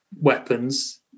weapons